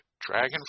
dragon